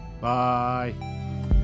Bye